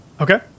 Okay